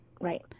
Right